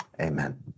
amen